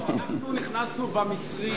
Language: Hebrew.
אנחנו נכנסנו במצרים,